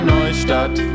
Neustadt